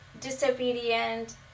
disobedient